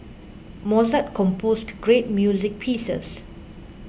Mozart composed great music pieces